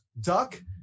duck